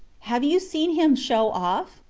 have you seen him show off?